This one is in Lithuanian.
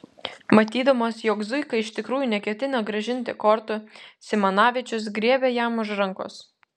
matydamas jog zuika iš tikrųjų neketina grąžinti kortų simanavičius griebė jam už rankos